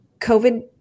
COVID